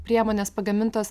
priemonės pagamintos